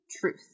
Truth